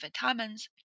vitamins